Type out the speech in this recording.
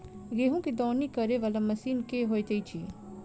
गेंहूँ केँ दौनी करै वला मशीन केँ होइत अछि?